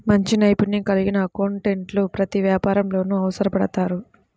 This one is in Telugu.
మంచి నైపుణ్యం కలిగిన అకౌంటెంట్లు ప్రతి వ్యాపారంలోనూ అవసరపడతారు